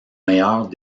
meilleurs